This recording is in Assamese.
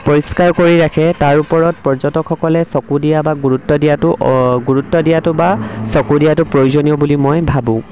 পৰিষ্কাৰ কৰি ৰাখে তাৰ ওপৰত পৰ্যটকসকলে চকু দিয়া বা গুৰুত্ব দিয়াটো গুৰুত্ব দিয়াটো বা চকু দিয়াটো প্ৰয়োজনীয় বুলি মই ভাবোঁ